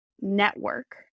network